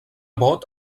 vot